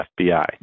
FBI